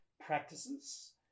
practices